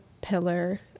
pillar